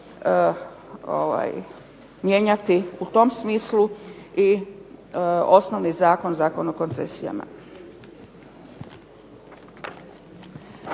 mijenjati u tom smislu i osnovni zakon, Zakon o koncesijama.